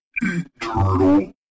Eternal